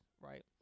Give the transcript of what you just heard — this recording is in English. right